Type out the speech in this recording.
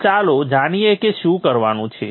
તો ચાલો જાણીએ કે શું કરવાનું છે